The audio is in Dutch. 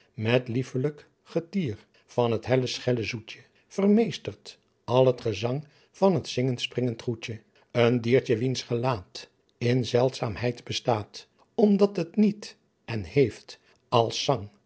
met lieffelijk getier van t helle schelle zoetje vermeestert al t gesang van t zingend springend goedje een diertje wiens gelaet in zeldzaemheyd bestaet om dat het niet en heeft als zangh